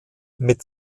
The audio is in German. mit